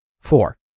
Four